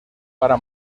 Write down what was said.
para